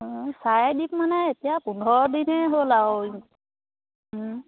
অঁ মানে এতিয়া পোন্ধৰ দিনেই হ'ল আৰু